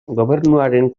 gobernuaren